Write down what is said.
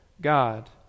God